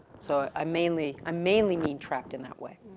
so, i mainly, i mainly mean trapped in that way.